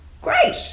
Great